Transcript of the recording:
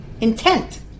Intent